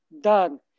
done